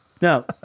No